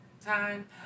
time